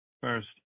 first